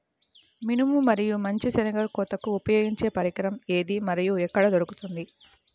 మినుము మరియు మంచి శెనగ కోతకు ఉపయోగించే పరికరం ఏది మరియు ఎక్కడ దొరుకుతుంది?